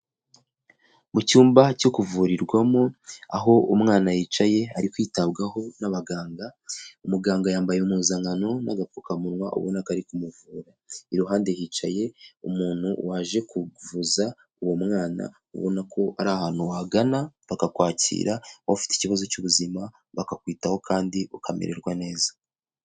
Mu cyumba cyo kuvurirwamo, aho umwana yicaye ari kwitabwaho n'abaganga, umuganga yambaye impuzankano n'agapfukamunwa ubona ko ari kumuvura. Iruhande hicaye umuntu waje kuvuza uwo mwana, ubona ko ari ahantu wagana bakakwakira, waba ufite ikibazo cy'ubuzima bakakwitaho kandi ukamererwa neza.